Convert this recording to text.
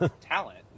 talent